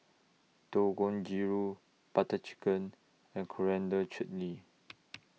Dangojiru Butter Chicken and Coriander Chutney